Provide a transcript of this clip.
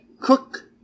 Cook